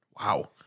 Wow